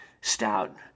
stout